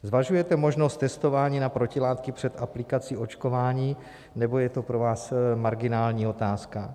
Zvažujete možnost testování na protilátky před aplikací očkování, nebo je to pro vás marginální otázka?